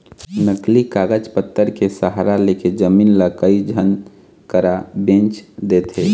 नकली कागज पतर के सहारा लेके जमीन ल कई झन करा बेंच देथे